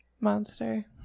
monster